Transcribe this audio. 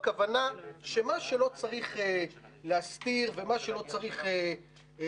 הכוונה היא שמה שלא צריך להסתיר ומה שלא צריך להשחיר,